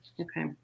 Okay